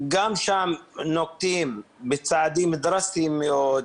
גם שם נוקטים בצעדים דרסטיים מאוד,